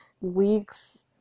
weeks